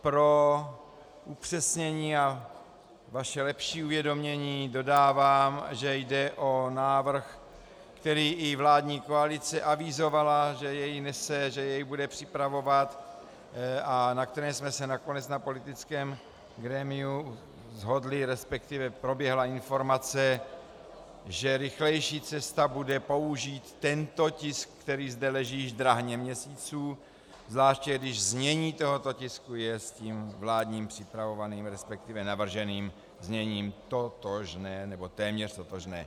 Pro upřesnění a vaše lepší uvědomění dodávám, že jde o návrh, který i vládní koalice avizovala, že jej nese, že jej bude připravovat, a na kterém jsme se nakonec na politickém grémiu shodli, resp. proběhla informace, že rychlejší cesta bude použít tento tisk, který zde leží drahně měsíců, zvláště když znění tohoto tisku je s tím vládním připravovaným, resp. navrženým zněním totožné, nebo téměř totožné.